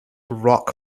rock